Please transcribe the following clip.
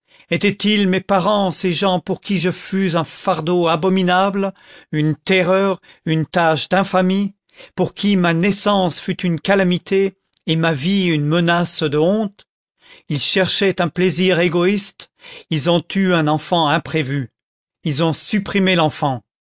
étaient-ils mes parents ces gens pour qui je fus un fardeau abominable une terreur une tache d'infamie pour qui ma naissance fut une calamité et ma vie une menace de honte ils cherchaient un plaisir égoïste ils ont eu un enfant imprévu ils ont supprimé l'enfant